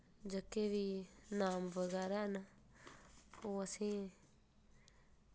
जेह्के बी इनाम बगैरा हैन ओह् असें